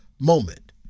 moment